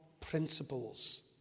principles